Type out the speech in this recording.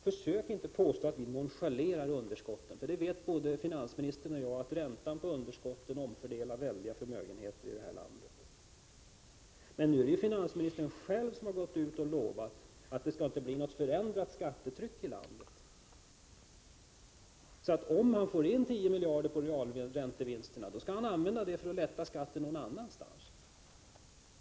Försök inte påstå att vi nonchalerar underskotten, för det vet både finansministern och jag att räntan på underskotten omfördelar väldiga förmögenheter i det här landet. Men nu är det ju finansministern själv som har gått ut och lovat att det inte skall bli något förändrat skattetryck. Om man får in tio miljarder på realräntevinsterna, skall man använda dessa pengar för att lätta skatten någon annanstans.